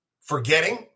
forgetting